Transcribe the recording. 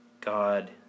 God